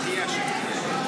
תהיה אשר תהיה,